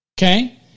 okay